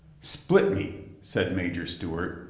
split me, said major stewart,